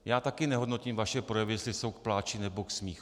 Já také nehodnotím vaše projevy, jestli jsou k pláči nebo k smíchu.